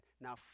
Now